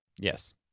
Yes